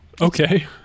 okay